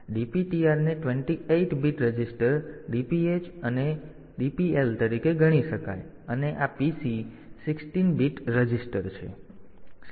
તેથી DPTR ને 2 8 bit register DPH અને DPL તરીકે ગણી શકાય અને આ PC 16 બીટ રજીસ્ટર છે